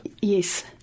yes